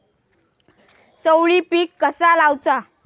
चवळी पीक कसा लावचा?